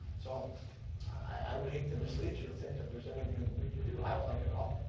so i would hate to mislead you to think that there's anything that we could do. i don't like it at all.